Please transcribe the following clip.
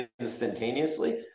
instantaneously